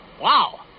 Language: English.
Wow